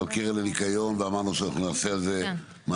על קרן הניקיון, ואמרנו שנעשה על זה מעקב,